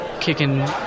kicking